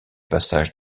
passage